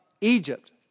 Egypt